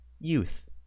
youth